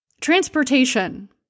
transportation